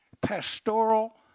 pastoral